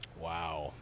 Wow